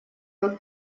тот